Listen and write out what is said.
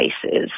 places